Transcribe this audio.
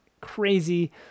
crazy –